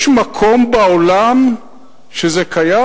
יש מקום בעולם שזה קיים?